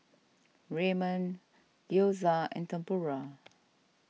Ramen Gyoza and Tempura